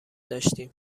داشتیم